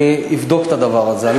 אני אבדוק את הדבר הזה.